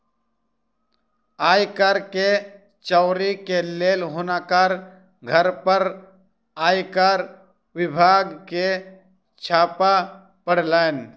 आय कर के चोरी के लेल हुनकर घर पर आयकर विभाग के छापा पड़लैन